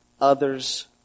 others